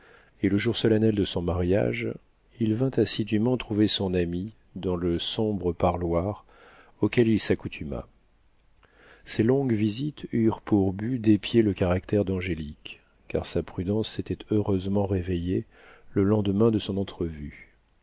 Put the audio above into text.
et le jour solennel de son mariage il vint assidûment trouver son amie dans le sombre parloir auquel il s'accoutuma ses longues visites eurent pour but d'épier le caractère d'angélique car sa prudence s'était heureusement réveillée le lendemain de son entrevue